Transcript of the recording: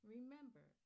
Remember